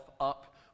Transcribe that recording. up